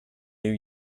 new